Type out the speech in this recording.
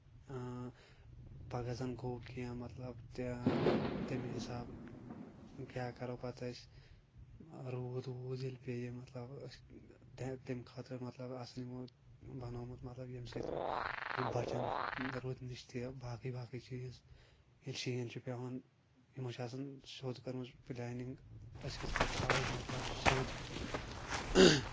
إں پَگہہ زَن گوٚو کیٚنٛہہ مطلب تیٚمہِ حِسابہٕ کیٚاہ کَرو پَتہٕ أسۍ روٗد ووٗد ییٚلہِ پیٚیہِ مطلب أسۍ تٔمہِ خٲطرٕ مطلب آسان یِمو بَنومُت مطلب ییٚمہِ سۭتۍ یِم بَچان روٗدٕ نِش تہِ باقٕے باقٕے چیٖز ییٚلہِ شیٖن چھُ پیٚوان یِمو چھ آسان سیوٚد کٔرمٕژ پَلیننگ أسۍ کِتھ کٲٹھۍ تھاوو مطلب سیوٚد